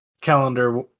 calendar